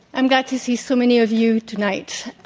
i'm glad to see so many of you tonight.